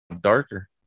darker